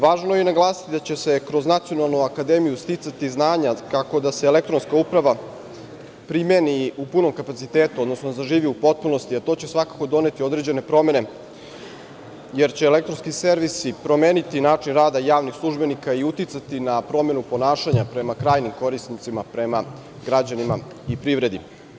Važno je naglasiti da će se kroz nacionalnu akademiju sticati znanja tako da se elektronska uprava primeni u punom kapacitetu, odnosno zaživi u potpunosti, a to će svakako doneti određene promene jer će elektronski servisi promeniti način rada javnih službenika i uticati na promenu ponašanja prema krajnjim korisnicima, prema građanima u privredi.